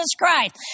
christ